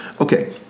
okay